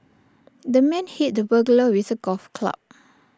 the man hit the burglar with A golf club